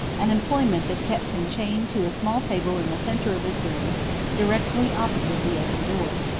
an employment that kept him chained to a small table in the centre of his room directly opposite the open door.